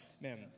man